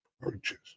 purchase